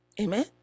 Amen